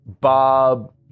Bob